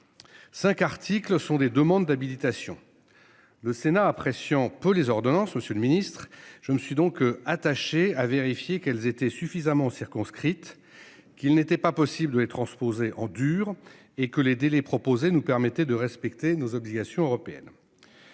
5 articles sont des demandes d'habilitation. Le Sénat, appréciant peu les ordonnances. Monsieur le Ministre, je me suis donc attachée à vérifier qu'elles étaient suffisamment circonscrite qu'il n'était pas possible de les transposer en dur et que les délais proposés nous permettait de respecter nos obligations européennes.